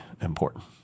important